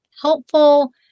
helpful